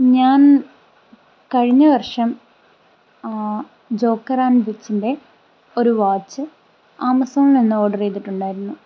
ഞാൻ കഴിഞ്ഞ വർഷം ജോക്കർ ആൻഡ് വിച്ചിൻ്റെ ഒരു വാച്ച് ആമസോണിൽ നിന്ന് ഓർഡർ ചെയ്തിട്ടുണ്ടായിരുന്നു